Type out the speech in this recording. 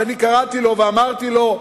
כשאני קראתי לו ואמרתי לו,